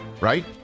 right